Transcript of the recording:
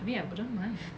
I mean I wouldn't mind